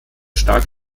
stark